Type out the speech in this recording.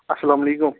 اَسلامُ علیکُم